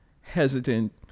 hesitant